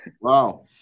Wow